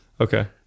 Okay